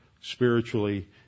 spiritually